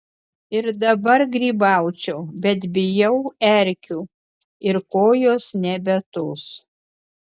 ir dabar grybaučiau bet bijau erkių ir kojos nebe tos